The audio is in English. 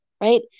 right